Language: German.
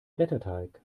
blätterteig